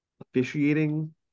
officiating